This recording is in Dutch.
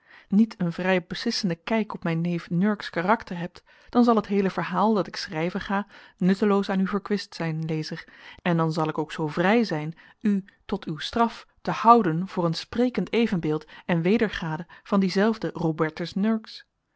niet een vrij beslissenden kijk op mijn neef nurks karakter hebt dan zal het heele verhaal dat ik schrijven ga nutteloos aan u verkwist zijn lezer en dan zal ik ook zoo vrij zijn u tot uw straf te houden voor een sprekend evenbeeld en wedergade van dienzelfden robertus nurks